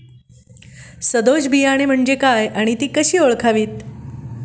सदोष बियाणे म्हणजे काय आणि ती कशी ओळखावीत?